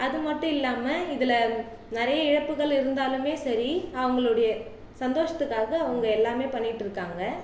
அது மட்டும் இல்லாமல் இதில் நிறைய இழப்புகள் இருந்தாலுமே சரி அவர்களுடைய சந்தோஷத்துக்காக அவங்க எல்லாமே பண்ணிட்டுருக்காங்க